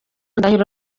ndahiro